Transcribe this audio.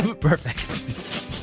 perfect